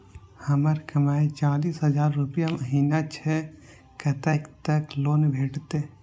हमर कमाय चालीस हजार रूपया महिना छै कतैक तक लोन भेटते?